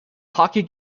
hockey